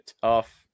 tough